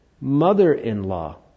mother-in-law